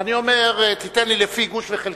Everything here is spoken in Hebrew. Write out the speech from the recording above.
ואני אומר: תן לי לפי גוש וחלקה,